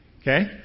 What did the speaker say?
Okay